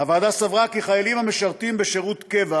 הוועדה סברה כי חיילים המשרתים בשירות קבע